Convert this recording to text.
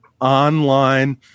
online